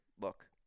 Look